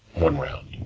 one round.